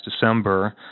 December